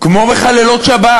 כמו מחללות שבת.